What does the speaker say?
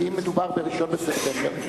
כי אם מדובר ב-1 בספטמבר,